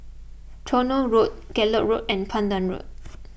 Tronoh Road Gallop Road and Pandan Road